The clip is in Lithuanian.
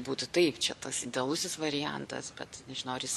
būtų taip čia tas idealusis variantas bet nežinau ar jis